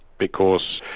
because